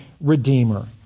redeemer